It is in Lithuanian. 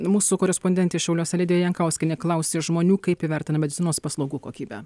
mūsų korespondentė šiauliuose lidija jankauskienė klausė žmonių kaip jie vertina medicinos paslaugų kokybę